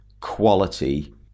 quality